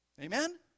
Amen